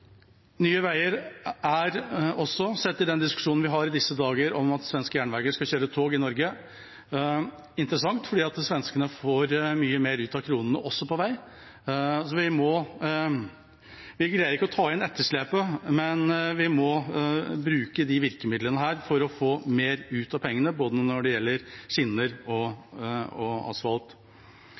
Nye Veier er også interessant sett i lys av den diskusjonen vi har i disse dager om at SJ skal kjøre tog i Norge, fordi svenskene får mye mer ut av kronene også på vei. Vi greier ikke å ta inn etterslepet, men vi må bruke disse virkemidlene for å få mer ut av pengene, når det gjelder både skinner og asfalt.